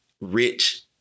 rich